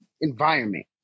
environment